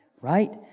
Right